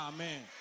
Amen